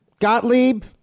Gottlieb